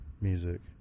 music